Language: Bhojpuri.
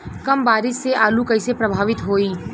कम बारिस से आलू कइसे प्रभावित होयी?